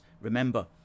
remember